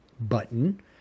button